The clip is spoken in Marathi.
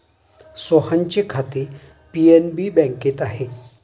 सोहनचे खाते पी.एन.बी बँकेत आहे